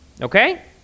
okay